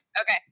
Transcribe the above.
Okay